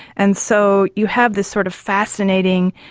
and so you have this sort of fascinating,